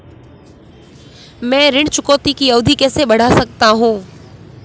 मैं ऋण चुकौती की अवधि कैसे बढ़ा सकता हूं?